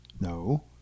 No